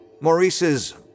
Maurice's